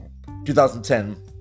2010